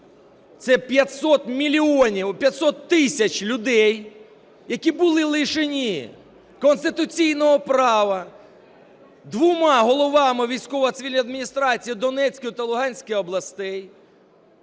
це 500 тисяч людей, які були лишені конституційного права двома головами військово-цивільних адміністрацій Донецької та Луганської областей.